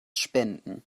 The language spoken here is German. spenden